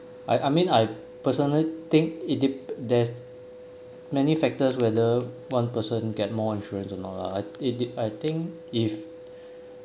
I I mean I personally think it dep~ there's many factors whether one person get more insurance or not lah it I think if